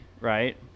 right